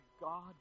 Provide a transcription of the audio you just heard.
God